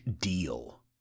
deal